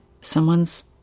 someone's